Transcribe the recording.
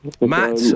Matt